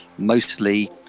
mostly